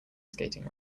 skating